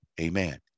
Amen